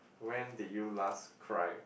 when did you last cry